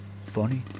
Funny